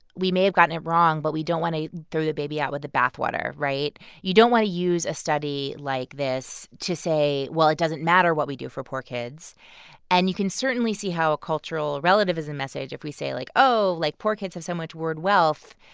we may have gotten it wrong, but we don't want to throw the baby out with the bathwater, right? you don't want to use a study like this to say, well, it doesn't matter what we do for poor kids and you can certainly see how a cultural relativism message if we say, like, oh, like, poor kids have so much word wealth,